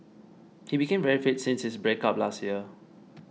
he became very fit since his breakup last year